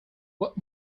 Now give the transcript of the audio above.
what